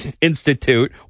Institute